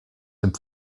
dem